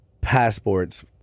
passports